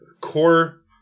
core